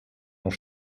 noch